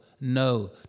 No